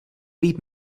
líp